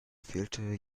fehlte